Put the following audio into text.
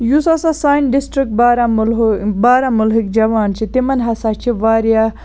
یُس ہَسا سانہِ ڈِسٹرک بارہمولہُک بارہمولہٕکۍ جَوان چھِ تِمَن ہَسا چھِ واریاہ